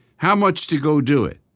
how much to go do it?